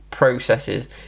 processes